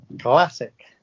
classic